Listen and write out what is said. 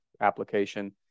application